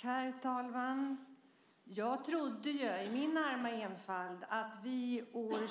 Herr talman! Jag trodde i min arma enfald att vi år